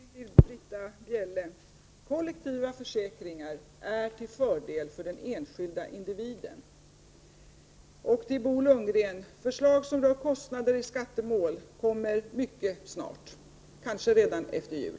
Herr talman! Först till Britta Bjelle: Kollektiva försäkringar är till fördel för den enskilda individen. Sedan till Bo Lundgren: Förslag som rör kostnader i skattemål kommer mycket snart, kanske redan efter jul.